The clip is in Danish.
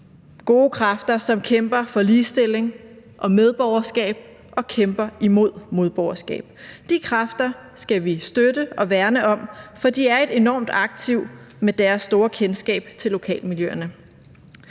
gode kræfter, som kæmper for ligestilling og medborgerskab og kæmper imod modborgerskab. De kræfter skal vi støtte og værne om, for de er et enormt aktiv med deres store kendskab til lokalmiljøerne.